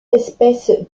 espèces